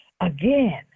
Again